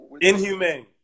Inhumane